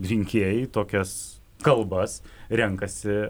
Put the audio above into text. rinkėjai tokias kalbas renkasi